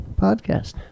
podcast